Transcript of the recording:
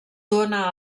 dóna